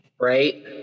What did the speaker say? right